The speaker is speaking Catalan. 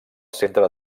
centre